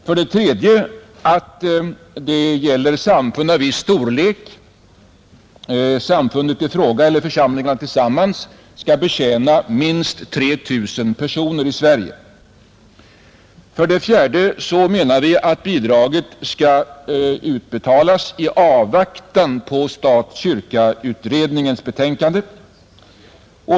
För det tredje skall det gälla samfund av viss storlek; samfunden i fråga eller församlingarna tillsammans skall betjäna minst 3 000 personer i Sverige. För det fjärde menar vi att bidraget skall utbetalas i avvaktan på kyrka—stat-beredningens betänkande.